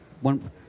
One